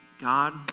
God